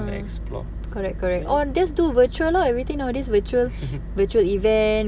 correct correct correct or just do virtual lor everything nowadays virtual virtual event